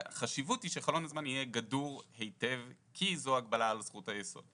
החשיבות היא שחלון הזמן יהיה גדור היטב כי זו הגבלה על זכות היסוד.